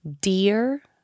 Dear